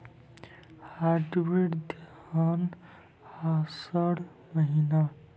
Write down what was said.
Hybrid धान आषाढ़ महीना?